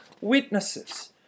witnesses